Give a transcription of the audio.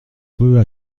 peut